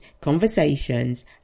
conversations